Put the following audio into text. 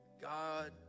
God